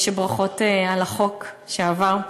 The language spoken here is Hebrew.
ברכות על החוק שעבר,